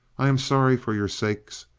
i am sorry for your sakes,